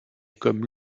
comme